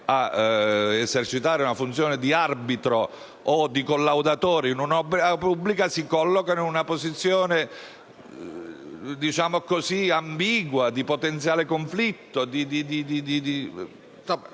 a esercitare la funzione di arbitro o di collaudatore di un'opera pubblica si collocano in una posizione, diciamo così, ambigua, di potenziale conflitto: